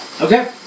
Okay